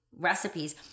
recipes